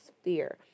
sphere